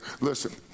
listen